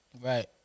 Right